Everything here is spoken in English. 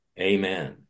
Amen